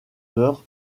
heures